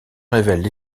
révèle